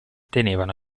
tenevano